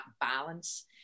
balance